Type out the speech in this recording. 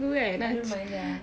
I don't mind ya